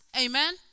amen